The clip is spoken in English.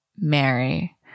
Mary